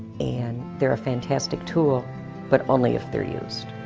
and they're a fantastic tool but only if they're used.